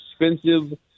expensive